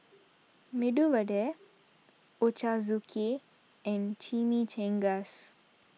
Medu Vada Ochazuki and Chimichangas